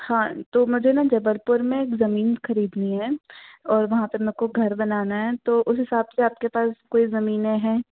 हाँ तो मुझे ना जबलपुर में एक ज़मीन ख़रीदनी है और वहाँ पर मे को घर बनाना है तो उस हिसाब से आपके पास कोई ज़मीनें हैं